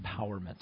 empowerment